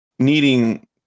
needing